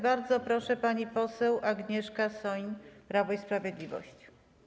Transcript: Bardzo proszę, pani poseł Agnieszka Soin, Prawo i Sprawiedliwość.